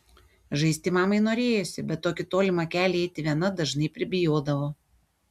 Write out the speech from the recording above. žaisti mamai norėjosi bet tokį tolimą kelią eiti viena dažnai pribijodavo